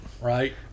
Right